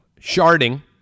Sharding